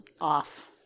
Off